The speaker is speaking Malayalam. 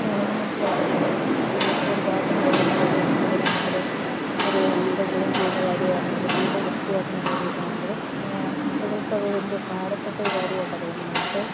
അങ്ങനെയൊക്കെ മനസ്സിലാക്കാൻ പറ്റും ഇപ്പോൾ ജസ്റ്റ് ഒരു പാത്രം കഴുകുന്ന കാര്യമാണെങ്കിലും അല്ലെങ്കിൽ ഒരു വീട് ക്ലീൻ ചെയ്യുന്ന കാര്യമാണെങ്കിലും വീട് വൃത്തിയാക്കുന്ന കാര്യമൊക്കെ ആണെങ്കിലും കുട്ടികൾക്കത് വലിയ ഭാരപ്പെട്ട ഒരു കാര്യമായിട്ടാണ് തോന്നുന്നത് പക്ഷേ